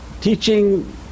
teaching